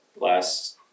last